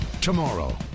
Tomorrow